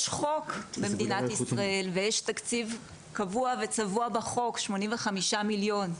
יש חוק במדינת ישראל ויש תקציב קבוע וצבוע בחוק 85 מיליון.